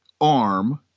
arm